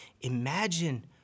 imagine